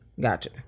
Gotcha